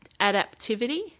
adaptivity